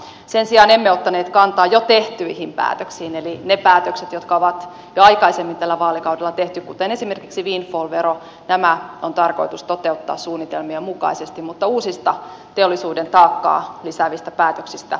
sen sijaan emme ottaneet kantaa jo tehtyihin päätöksiin eli ne päätökset jotka on jo aikaisemmin tällä vaalikaudella tehty kuten esimerkiksi windfall vero on tarkoitus toteuttaa suunnitelmien mukaisesti mutta uusista teollisuuden taakkaa lisäävistä päätöksistä sen sijaan pidättäydymme